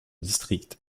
district